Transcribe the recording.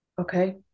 Okay